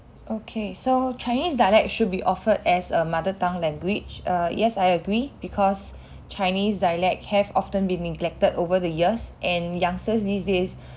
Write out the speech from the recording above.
okay so chinese dialect should be offered as a mother tongue language err yes I agree because chinese dialect have often been neglected over the years and youngsters these days